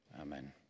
Amen